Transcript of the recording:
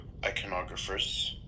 iconographers